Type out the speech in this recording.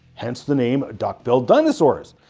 hence the name duck-billed dinosaurs.